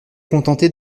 contenter